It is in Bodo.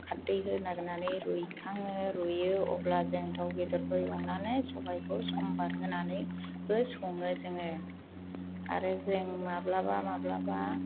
खारदै होनानै रुइखाङो रुयो अब्ला जों दाउ बेदरखौ एवनानै सबायखौ सम्भार होनानैबो सङो जोङो आरो जों माब्लाबा माब्लाबा